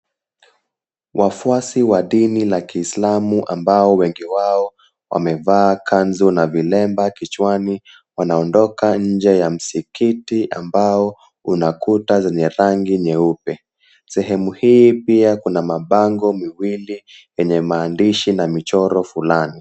Wafuasi wa dini ya kiislamu ambao wengi wao wamevaa kanzu na vilemba kichwani wanaondoka nje ya msikiti ambao unakuta ni ya rangi nyeupe. Sehemu hii pia kuna mabango miwili yenye maandishi na michoro fulani.